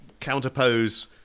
counterpose